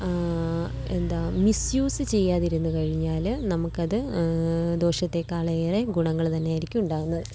എന്താ മിസ്യൂസ് ചെയ്യാതിരുന്നു കഴിഞ്ഞാല് നമുക്കത് ദോഷത്തെക്കാൾ ഏറെ ഗുണങ്ങള് തന്നെയായിരിക്കും ഉണ്ടാവുന്നത്